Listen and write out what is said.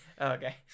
okay